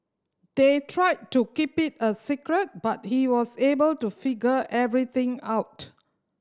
they tried to keep it a secret but he was able to figure everything out